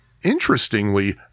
Interestingly